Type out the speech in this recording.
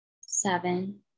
seven